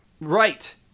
Right